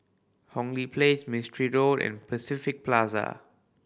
Hong Lee Place Mistri Road and Pacific Plaza